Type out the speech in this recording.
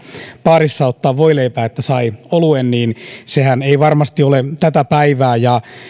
baarissa ottaa voileipää että sai oluen ei varmasti ole tätä päivää